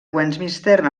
westminster